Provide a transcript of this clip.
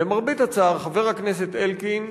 למרבה הצער, חבר הכנסת אלקין,